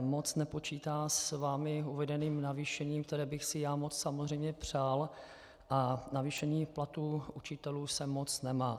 moc nepočítá s vámi uvedeným navýšením, které bych si já samozřejmě moc přál, a k navýšení platů učitelů se moc nemá.